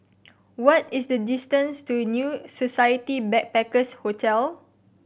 what is the distance to New Society Backpackers' Hotel